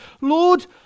Lord